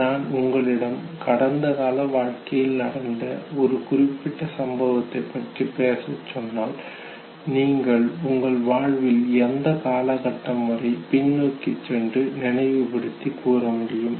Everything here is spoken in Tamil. நான் உங்களிடம் கடந்த கால வாழ்க்கையில் நடந்த ஒரு குறிப்பிட்ட சம்பவத்தை பற்றிப் பேசச் சொன்னால் நீங்கள் உங்கள் வாழ்வில் எந்த காலகட்டம் வரை பின்னோக்கிச் சென்று நினைவுபடுத்திக் கூறமுடியும்